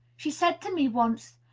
she said to me, once,